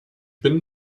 bin